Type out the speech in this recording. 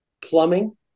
plumbing